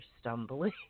stumbling